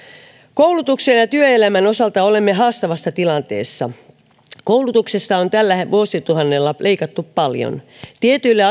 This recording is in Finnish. koulutuksen ja työelämän osalta olemme haastavassa tilanteessa koulutuksesta on tällä vuosituhannella leikattu paljon tietyille